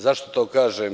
Zašto to kažem?